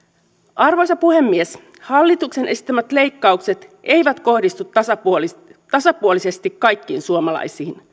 arvoisa puhemies hallituksen esittämät leikkaukset eivät kohdistu tasapuolisesti tasapuolisesti kaikkiin suomalaisiin